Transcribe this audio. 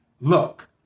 look